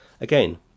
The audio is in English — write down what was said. Again